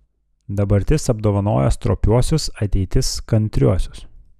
dabartis apdovanoja stropiuosius ateitis kantriuosius